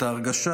את ההרגשה